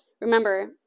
Remember